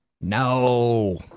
No